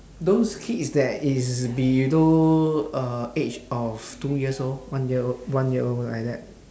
those kids that is below uh age of two years old one year old one year old like that